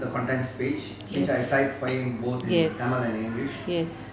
yes yes yes